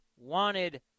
wanted